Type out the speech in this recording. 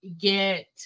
get